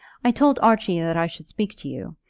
i told archie that i should speak to you,